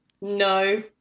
No